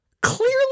clearly